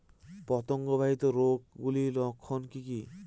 পতঙ্গ বাহিত রোগ গুলির লক্ষণ কি কি?